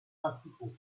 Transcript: principaux